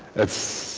that's